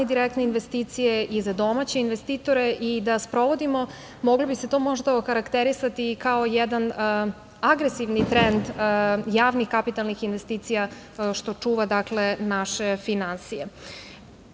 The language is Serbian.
direktne investicije i za domaće investitore i da sprovodimo, moglo bi se to možda okarakterisati i kao jedan agresivni trend javnih kapitalnih investicija, što čuva naše finansije. Odgovorna